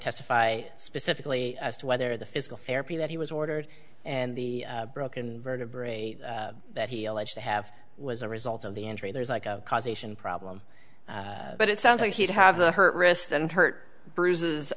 testify specifically as to whether the physical therapy that he was ordered and the broken vertebrae that he alleged to have was a result of the injury there's like a causation problem but it sounds like he did have the hurt wrist and hurt bruises